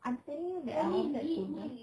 I'm telling you that I wanted to buy